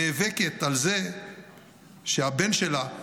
נאבקת על זה שהבן שלה,